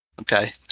Okay